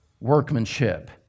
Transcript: workmanship